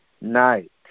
night